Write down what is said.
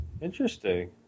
Interesting